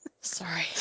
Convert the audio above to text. sorry